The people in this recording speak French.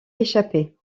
échapper